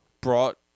brought –